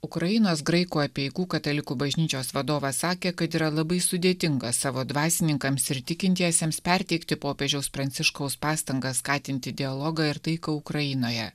ukrainos graikų apeigų katalikų bažnyčios vadovas sakė kad yra labai sudėtinga savo dvasininkams ir tikintiesiems perteikti popiežiaus pranciškaus pastangas skatinti dialogą ir taiką ukrainoje